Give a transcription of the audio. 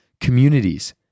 communities